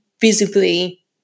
visibly